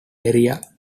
area